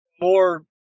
more